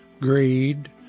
greed